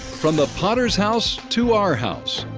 from the potter's house to our house,